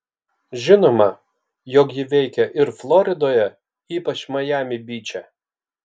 žinoma jog ji veikia ir floridoje ypač majami byče